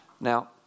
Now